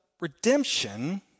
redemption